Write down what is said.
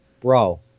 bro